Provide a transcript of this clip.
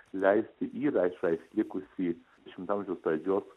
leisti įrašą išlikusį dvidešimto amžiaus pradžios